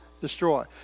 destroy